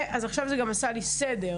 עכשיו, זה גם עשה לי סדר.